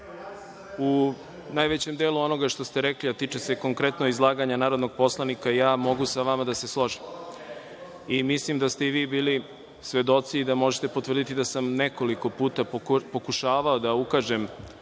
najvećem delu onoga što ste rekli, a tiče se konkretno izlaganja narodnog poslanika, ja mogu sa vama da se složim. Mislim da ste i vi bili svedoci i da možete potvrditi da sam nekoliko puta pokušavao da ukažem